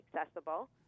accessible